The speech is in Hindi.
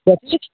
क्या चीज़